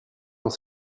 dans